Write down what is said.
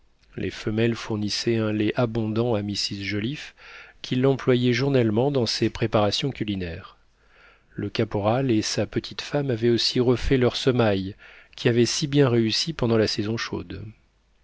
les femelles fournissaient un lait abondant à mrs joliffe qui l'employait journellement dans ses préparations culinaires le caporal et sa petite femme avaient aussi refait leurs semailles qui avaient si bien réussi pendant la saison chaude